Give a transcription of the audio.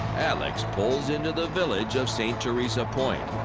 alex pulls into the village of st. theresa point.